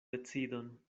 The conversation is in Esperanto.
decidon